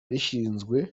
rishinzwe